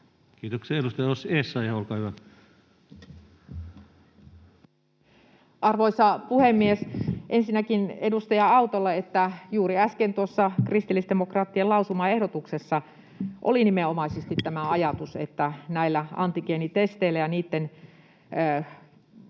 muuttamisesta Time: 17:01 Content: Arvoisa puhemies! Ensinnäkin edustaja Autolle, että juuri äsken tuossa kristillisdemokraattien lausumaehdotuksessa oli nimenomaisesti tämä ajatus, että näillä antigeenitesteillä ja niitten